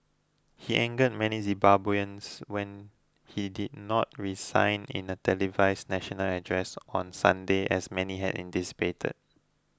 he angered many Zimbabweans when he did not resign in a televised national address on Sunday as many had anticipated